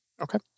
Okay